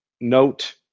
Note